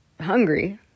hungry